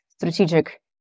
strategic